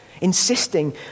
insisting